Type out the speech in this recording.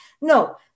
No